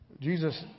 Jesus